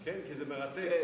כן, כי זה מרתק.